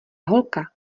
holka